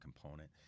component